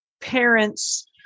parents